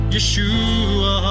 Yeshua